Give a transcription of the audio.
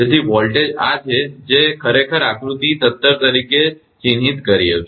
તેથી વોલ્ટ આ છે જે મેં ખરેખર આકૃતિ 17 તરીકે ચિહ્નિત કર્યા છે